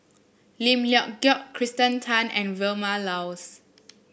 Lim Leong Geok Kirsten Tan and Vilma Laus